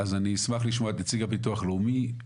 אז אני אשמח לשמוע את נציג הביטוח הלאומי.